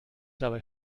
dabei